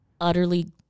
utterly